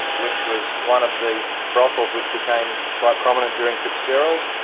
which was one of the brothels which became quite prominent during fitzgerald,